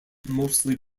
mostly